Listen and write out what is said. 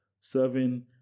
serving